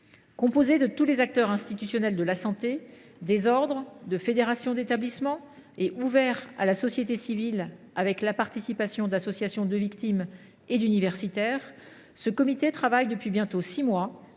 Composé de tous les acteurs institutionnels de la santé, notamment des ordres et des fédérations d’établissement, et ouvert à la société civile, puisque y participent des associations de victimes et des universitaires, ce comité travaille depuis bientôt six mois